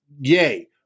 Yay